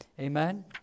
Amen